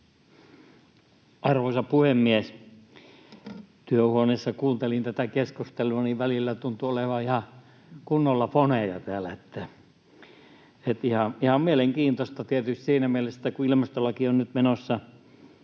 Arvoisa puhemies! Työhuoneessa kun kuuntelin tätä keskustelua, niin välillä tuntui olevan ihan kunnolla foneja täällä. Ihan mielenkiintoista tietysti siinä mielessä, että kun ilmastolaki on nyt menossa